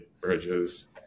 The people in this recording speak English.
bridges